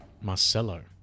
Marcelo